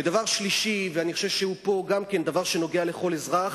הנושא השלישי, גם הוא דבר שנוגע לכל אזרח,